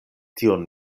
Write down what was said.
tion